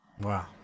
Wow